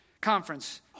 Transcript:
conference